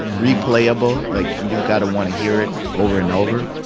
replay-able. like, you've got to want to hear it over and over.